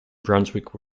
brunswick